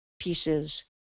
pieces